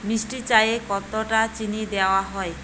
মিষ্টি চায়ে কতটা চিনি দেওয়া হয়